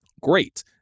great